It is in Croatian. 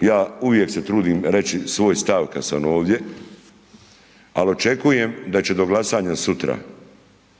Ja uvijek se trudim reći svoj stav kad sam ovdje ali očekujem da će do glasanja sutra